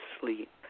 sleep